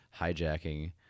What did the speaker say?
hijacking